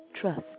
trust